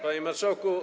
Panie Marszałku!